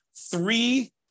three